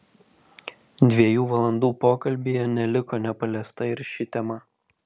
dviejų valandų pokalbyje neliko nepaliesta ir ši tema